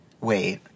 Wait